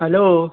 hello